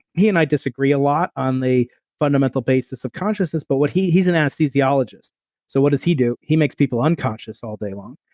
he and i disagree a lot on the fundamental basis of consciousness but what he, he's an anesthesiologist so what does he do? he makes people unconscious all day long.